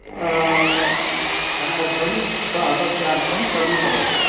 धनार्थं स्व अपत्यार्थं कर्म करोति